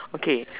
okay